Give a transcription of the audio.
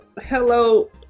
hello